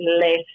less